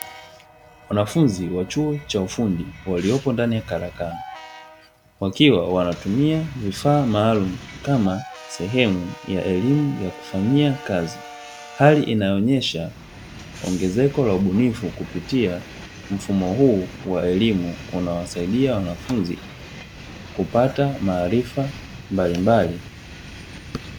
Wanafunzi wa chuo cha ufundi waliopo ndani ya karakana, wakiwa wanatumia vifaa maalumu kama sehemu ya elimu ya kufanyia kazi, hali inayoonyesha ongezeko la ubunifu kupitia mfumo huu wa elimu unaowasaidia wanafunzi kupata maarifa mbalimbali.